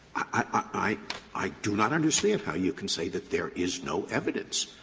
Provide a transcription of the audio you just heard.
i i do not understand how you can say that there is no evidence.